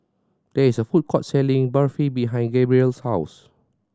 there is a food court selling Barfi behind Gabrielle's house